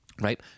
right